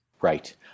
Right